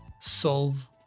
solve